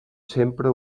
sempre